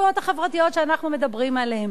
החברתיות שאנחנו מדברים עליהן,